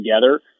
together